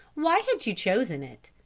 why had you chosen it?